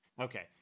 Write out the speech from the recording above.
Okay